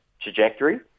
trajectory